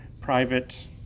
private